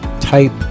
type